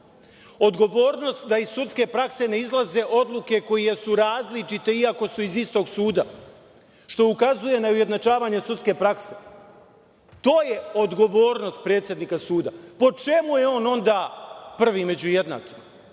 odgovornost da iz sudske prakse ne izlaze odluke koje su različite, iako su iz istog suda, što ukazuje na ujednačavanje sudske prakse? To je odgovornost predsednika suda. Po čemu je on onda prvi među jednakima?